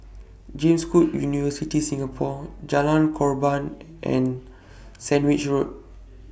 James Cook University Singapore Jalan Korban and Sandwich Road